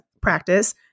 practice